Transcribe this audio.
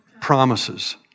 promises